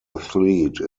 athlete